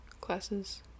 classes